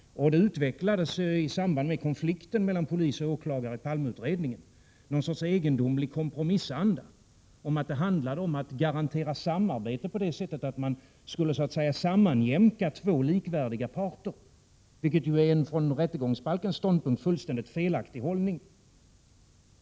Det utvecklades i samband med konflikten mellan polis och åklagare i Palmeutredningen någon sorts egendomlig kompromissanda som innebar att det handlade om att garantera samarbete på det sättet att man skulle så att säga sammanjämka två likvärdiga parter, vilket ju är en från rättegångsbalkens synpunkt fullständigt felaktig hållning.